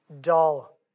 dull